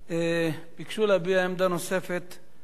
ביקשו להביע עמדה נוספת,